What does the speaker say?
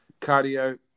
cardio